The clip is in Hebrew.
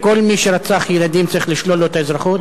כל מי שרצח ילדים צריך לשלול לו את האזרחות?